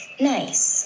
nice